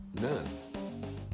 none